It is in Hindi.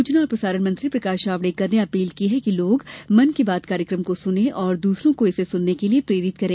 सूचना और प्रसारण मंत्री प्रकाश जावड़ेकर ने अपील की है कि लोग मन की बात कार्यक्रम को सुने तथा दूसरों को इसे सुनने के लिए प्रेरित करें